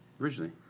Originally